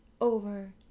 over